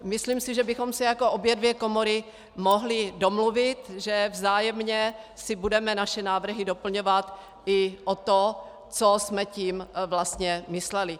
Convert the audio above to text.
Myslím si, že bychom se jako obě dvě komory mohli domluvit, že si vzájemně budeme naše návrhy doplňovat i o to, co jsme tím vlastně mysleli.